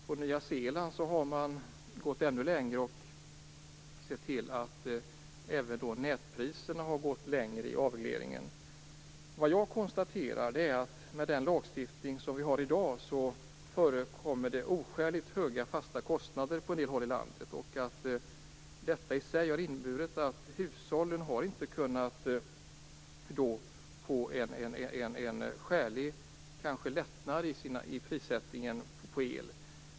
På Nya Zeeland har man gått ännu längre även när det gäller avregleringen av nätpriserna. Jag konstaterar att det med den lagstiftning som vi har i dag förekommer oskäligt höga fasta kostnader på en del håll i landet. Detta har inneburit att hushållen inte har kunnat få en skälig lättnad när det gäller prissättningen på el.